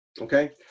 Okay